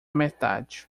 metade